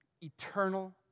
eternal